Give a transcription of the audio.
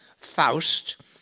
Faust